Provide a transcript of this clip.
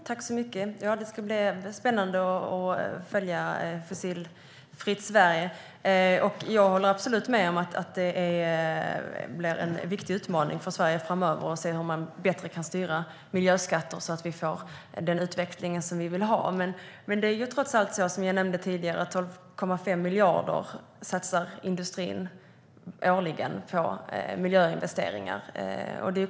Herr talman! Det ska bli spännande att följa arbetet med Fossilfritt Sverige. Jag håller absolut med om att det blir en viktig utmaning för Sverige framöver att se hur vi bättre kan styra miljöskatter så att vi får den utveckling vi vill ha. Jag nämnde tidigare att industrin satsar 12,5 miljarder årligen på miljöinvesteringar.